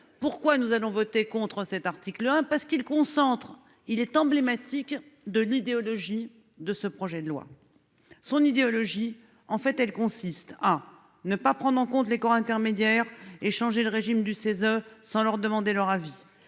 pourquoi nous allons voter contre cet article hein parce qu'il concentre il est emblématique de l'idéologie de ce projet de loi. Son idéologie. En fait, elle consiste à ne pas prendre en compte les corps intermédiaires et changer le régime du CESE sans leur demander leur avis.